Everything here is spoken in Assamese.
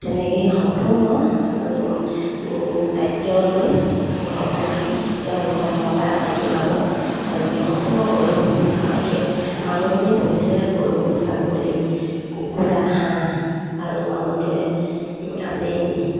তেনেকৈয়ে সম্পূৰ্ণ দায়িত্ব লৈ ঘৰখন তেওঁলোকৰ মতা মাইকীৰ মাজত তেওঁলোকে সম্পূৰ্ণ গৰু মাইকী মানুহজনীয়ে পুহিছে গৰু ছাগলী কুকুৰা হাঁহ আৰু মানুহটোৱে আজি